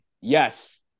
yes